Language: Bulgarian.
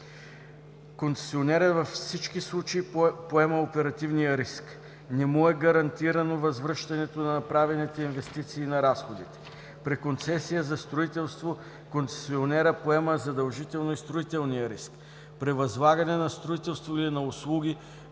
Концесионерът във всички случаи поема оперативния риск. Не му е гарантирано възвръщането на направените инвестиции на разходите. При концесия за строителство концесионерът поема задължително и строителния риск. При възлагане на строителство или на услуги,